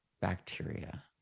bacteria